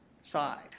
side